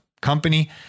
company